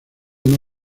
una